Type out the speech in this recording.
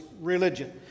religion